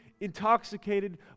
Intoxicated